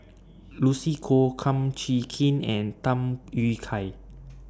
Lucy Koh Kum Chee Kin and Tham Yui Kai